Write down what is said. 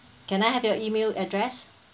can I have your email address